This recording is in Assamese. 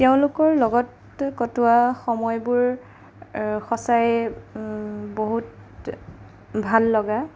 তেওঁলোকৰ লগত কটোৱা সময়বোৰ সঁচাই বহুত ভাল লগা